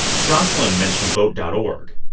jocelyn mentioned vote dot org.